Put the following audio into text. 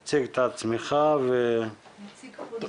אתה נציג פונים.